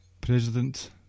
president